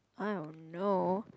I don't know